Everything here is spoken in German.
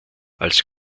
als